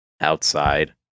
outside